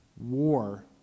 war